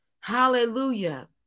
Hallelujah